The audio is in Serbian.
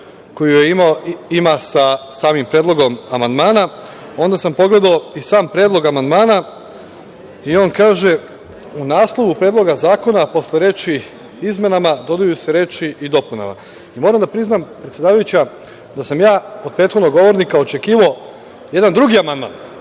koju ima sa samim predlogom amandmana. Onda sam pogledao i sam predlog amandmana i on kaže – u naslovu predloga zakona posle reči – izmenama, dodaju se reči – i dopunama. Moram da priznam, predsedavajuća, da sam ja od prethodnog govornika očekivao jedan drugi amandman,